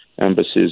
embassies